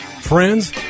Friends